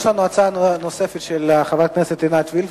יש לנו הצעה נוספת של חברת הכנסת עינת וילף.